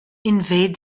invade